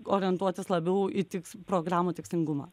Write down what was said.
orientuotis labiau į tiks programų tikslingumą